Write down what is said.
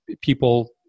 people